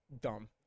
dumb